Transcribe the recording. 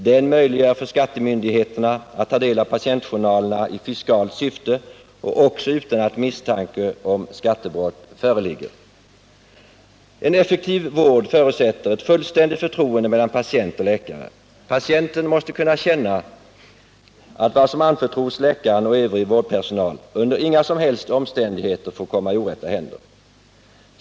Den möjliggör för skattemyndigheterna att ta del av patientjournalerna i fiskalt syfte också utan att misstanke om skattebrott föreligger. En effektiv vård förutsätter ett fullständigt förtroende mellan patient och läkare. Patienten måste kunna känna att vad som anförtros läkaren och övrig vårdpersonal under inga som helst omständigheter får komma i orätta händer.